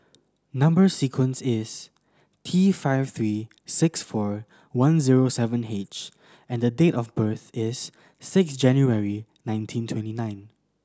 number sequence is T five three six four one zero seven H and date of birth is six January nineteen twenty nine